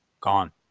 gone